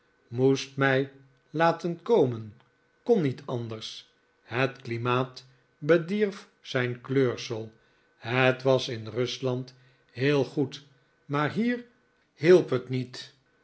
moest mij laten komen kon niet anders het klimaat bedierf zijn kleurselj het was in rusland heel goed maar hier hielp het niet